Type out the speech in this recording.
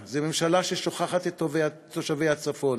עם: זו ממשלה שלא ממנה מזה חודשים רבים ראש למל"ל,